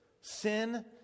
Sin